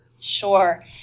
Sure